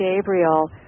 Gabriel